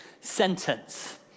sentence